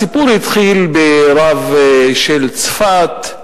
הסיפור התחיל ברב של צפת,